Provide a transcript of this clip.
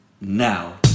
now